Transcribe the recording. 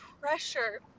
pressure